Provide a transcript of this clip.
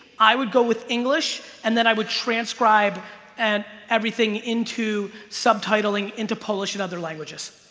i would go with english and then i would transcribe and everything into subtitling into polish and other languages